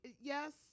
yes